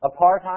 apartheid